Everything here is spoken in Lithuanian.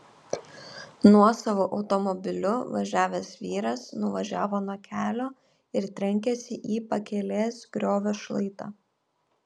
nuosavu automobiliu važiavęs vyras nuvažiavo nuo kelio ir trenkėsi į pakelės griovio šlaitą